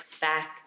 back